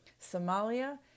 Somalia